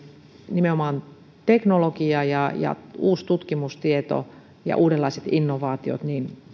nimenomaan tämmöinen teknologia ja ja uusi tutkimustieto ja uudenlaiset innovaatiot